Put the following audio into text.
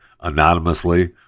anonymously